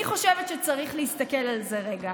אני חושבת שצריך להסתכל על זה רגע.